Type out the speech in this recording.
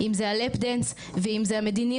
כשאנחנו רואים שכל המבחנים של הגדרה ל"לאפ דאנס" שהוא נלווה